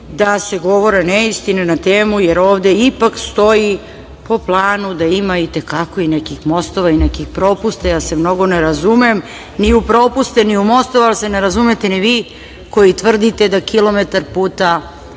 da se govore neistine na temu, jer ovde ipak stoji po planu da ima i te kako i nekih mostova i nekih propusta. Ja se mnogo ne razumem ni u propuste, ni u mostove, ali se ne razumete ni vi koji tvrdite da kilometar puta